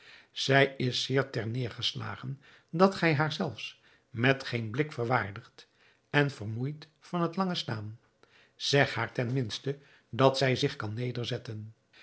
zij is zeer ter neêrgeslagen dat gij haar zelfs met geen blik verwaardigt en vermoeid van het lange staan zeg haar ten minste dat zij zich kan